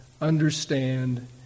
understand